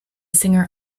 singer